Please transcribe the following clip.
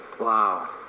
Wow